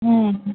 ம்